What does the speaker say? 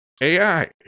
AI